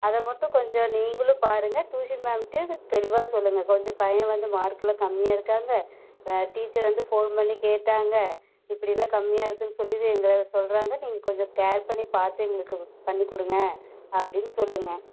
அதை மட்டும் கொஞ்சம் நீங்களும் பாருங்கள் ட்யூஷன் மேம்கிட்டையும் தெளிவாக சொல்லுங்கள் கொஞ்சம் பையன் வந்து மார்க்கெல்லாம் கம்மியாக இருக்காங்க டீச்சர் வந்து ஃபோன் பண்ணி கேட்டாங்க இப்படியெல்லாம் கம்மியாக சொல்லுது எங்களை சொல்லுறாங்க நீங்கள் கொஞ்சம் கேர் பண்ணி பார்த்து எங்களுக்கு பண்ணிக்கொடுங்க அப்படின்னு சொல்லுங்கள்